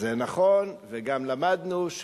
זה נכון, וגם למדנו,